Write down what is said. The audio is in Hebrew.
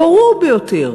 הברור ביותר,